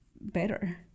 better